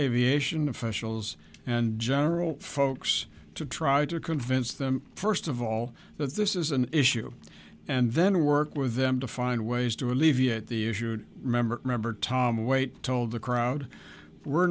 officials and general folks to try to convince them first of all that this is an issue and then work with them to find ways to alleviate the issue remember remember tom wait told the crowd we're